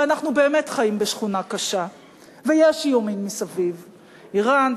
ואנחנו באמת חיים בשכונה קשה ויש איומים מסביב אירן,